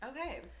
Okay